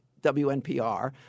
WNPR